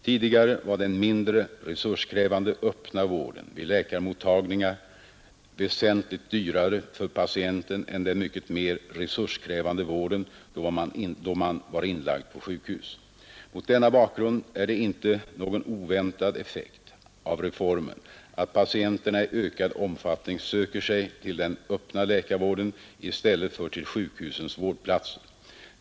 Tidigare var den mindre resurskrävande öppna värden vid läkarmottagningar väsentligt dyrare för patienten än den mycket mer resurskrävande vården då man var inlagd på sjukhus. Mot denna bakgrund är det inte någon oväntad effekt av reformen att patienterna i ökad omfattning söker sig till den öppna läkarvärden i stället för till sjukhusens vardplatser.